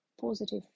positive